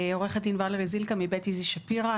אני מבית איזי שפירא.